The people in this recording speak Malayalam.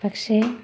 പക്ഷെ